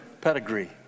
pedigree